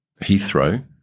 heathrow